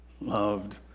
loved